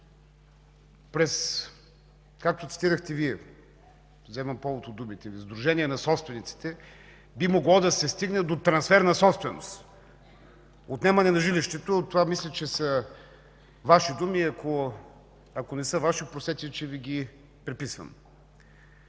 през, както цитирахте Вие, вземам повод от думите Ви, сдружение на собствениците би могло да се стигне до трансфер на собственост, отнемане на жилището – това мисля, че са Ваши думи, ако не са Ваши, простете, че Ви ги приписвам?